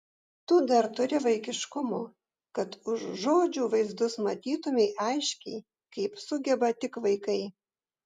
tu dar turi vaikiškumo kad už žodžių vaizdus matytumei aiškiai kaip sugeba tik vaikai